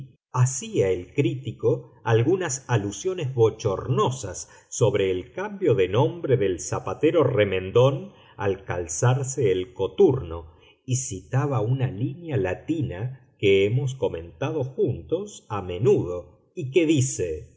hacía el crítico algunas alusiones bochornosas sobre el cambio de nombre del zapatero remendón al calzarse el coturno y citaba una línea latina que hemos comentado juntos a menudo y que dice